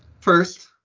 first